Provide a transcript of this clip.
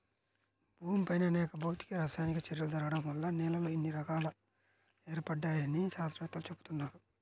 భూమిపైన అనేక భౌతిక, రసాయనిక చర్యలు జరగడం వల్ల నేలల్లో ఇన్ని రకాలు ఏర్పడ్డాయని శాత్రవేత్తలు చెబుతున్నారు